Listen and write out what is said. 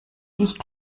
dich